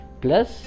plus